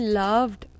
loved